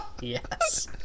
Yes